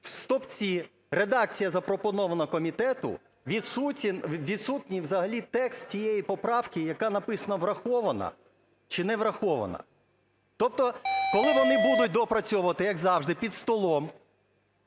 у стовпці редакція, запропонована комітету, відсутній взагалі текст цієї поправки, яка написано "врахована" чи "не врахована"? Тобто коли вони будуть доопрацьовувати, як завжди, під столом